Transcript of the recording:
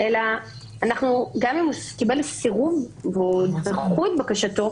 אלא גם אם הוא קיבל סירוב ודחו את בקשתו,